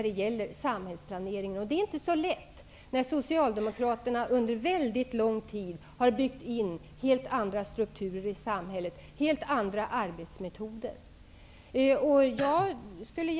Det är inte så lätt, då Socialdemokraterna under väldigt lång tid byggde in helt andra strukturer och arbetsmetoder i samhället.